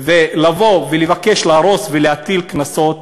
לבוא ולבקש להרוס ולהטיל קנסות,